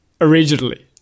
originally